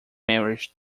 marriage